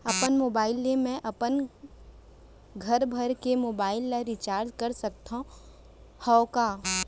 अपन मोबाइल ले मैं अपन घरभर के मोबाइल ला रिचार्ज कर सकत हव का?